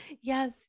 Yes